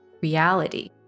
reality